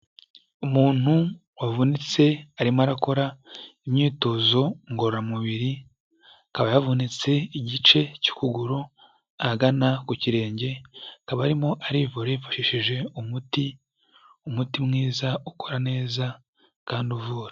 Umuntu wavunitse, arimo arakora imyitozo ngororamubiri, akaba yavunitse igice cy'ukuguru ahagana ku kirenge, akaba arimo arivura yifashishije umuti, umuti mwiza ukora neza, kandi uvura.